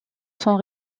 sont